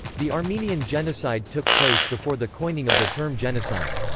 the armenian genocide took place before the coining of the term genocide.